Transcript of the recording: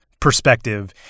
perspective